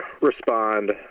respond